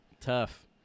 Tough